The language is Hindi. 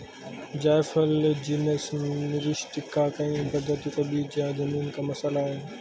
जायफल जीनस मिरिस्टिका की कई प्रजातियों का बीज या जमीन का मसाला है